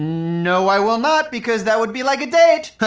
no i will not because that would be like a date!